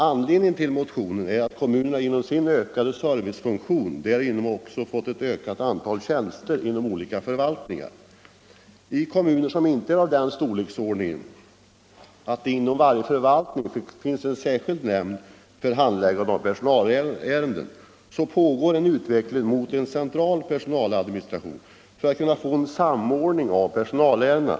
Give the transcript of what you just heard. Anledningen till motionen är att kommunerna genom sin ökade servicefunktion också fått ett ökat antal tjänster inom olika förvaltningsområden. I kommuner som inte är av sådan storleksordning att det inom varje förvaltning finns en speciell avdelning för handläggande av personalärenden pågår en utveckling i riktning mot en central personaladministration för att kunna få en samordning av personalärendena.